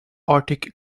arctic